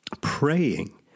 Praying